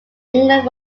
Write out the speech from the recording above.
england